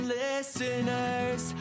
listeners